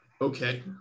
Okay